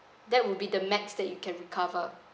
that would be the max that you can recover